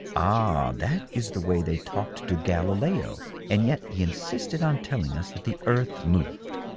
ah, that is the way they talked to galileo, and yet he insisted on telling us that the earth moved.